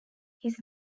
his